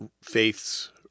faiths